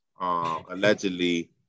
allegedly